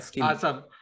Awesome